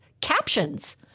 captions